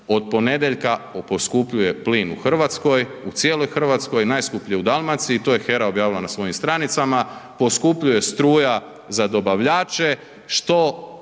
od ponedjeljka poskupljuje plin u Hrvatskoj, u cijeloj Hrvatskoj, najskuplje u Dalmaciji, to je HERA objavila na svojim stranicama, poskupljuje struja za dobavljače što